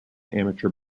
amateur